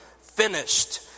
finished